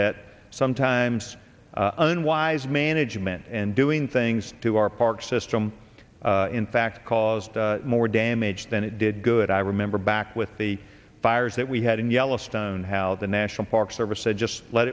that sometimes unwise management and doing things to our park system in fact caused more damage than it did good i remember back with the fires that we had in yellowstone how the national park service said just let